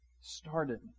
started